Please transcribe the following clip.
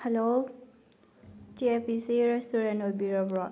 hello ꯆꯦꯕꯤꯖꯤꯔ restaurant ꯑꯣꯏꯕꯤꯔꯕꯔꯥ